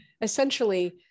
essentially